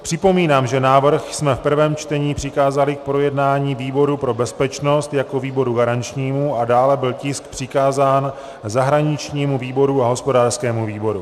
Připomínám, že návrh jsme v prvém čtení přikázali k projednání výboru pro bezpečnost jako výboru garančnímu a dále byl tisk přikázán zahraničnímu výboru a hospodářskému výboru.